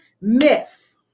myth